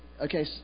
Okay